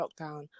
lockdown